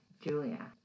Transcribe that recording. Julia